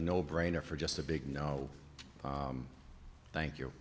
no brainer for just a big no thank you